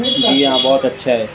جی ہاں بہت اچھا ہے